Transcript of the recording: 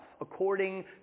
according